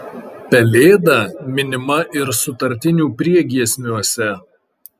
pelėda minima ir sutartinių priegiesmiuose